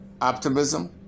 optimism